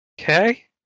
Okay